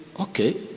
okay